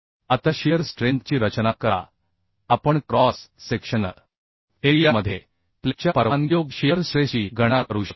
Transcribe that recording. आता शियर स्ट्रेंथची रचना करा आपण क्रॉस सेक्शनल एरियामध्ये प्लेटच्या परवानगीयोग्य शियर स्ट्रेसची गणना करू शकतो